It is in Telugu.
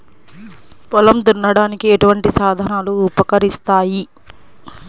పొలం దున్నడానికి ఎటువంటి సాధనాలు ఉపకరిస్తాయి?